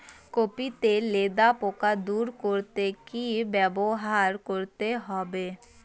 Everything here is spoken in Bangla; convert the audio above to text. কপি তে লেদা পোকা দূর করতে কি ব্যবহার করতে হবে?